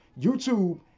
YouTube